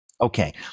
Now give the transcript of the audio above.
Okay